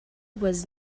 was